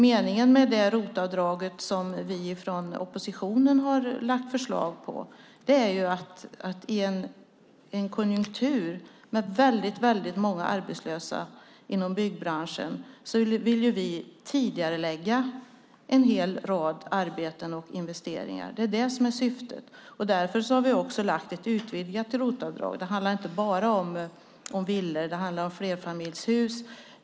Meningen med det ROT-avdrag som vi från oppositionen har lagt förslag om är att i en konjunktur med väldigt många arbetslösa inom byggbranschen tidigarelägga en hel rad arbeten och investeringar. Det är det som är syftet. Därför har vi föreslagit ett utvidgat ROT-avdrag. Det handlar inte bara om villor utan också om flerfamiljshus.